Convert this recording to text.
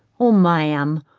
or ma'am,